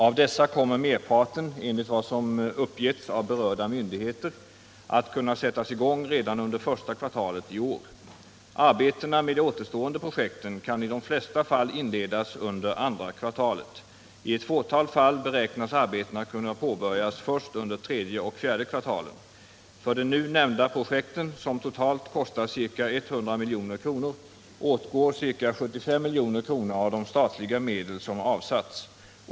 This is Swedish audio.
Av dessa kommer merparten, enligt vad som uppgetts av berörda myndigheter, att kunna sättas i gång redan under första kvartalet i år. Arbetena med de återstående projekten kan i de flesta fallen inledas under andra kvartalet. I ett fåtal fall beräknas arbetena kunna påbörjas först under tredje och fjärde kvartalen. För de nu nämnda projekten — som totalt kostar ca 100 milj.kr. — åtgår ca 75 milj.kr. av de statliga medel som avsatts.